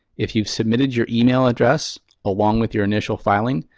if you've submitted your email address along with your initial filing,